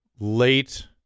late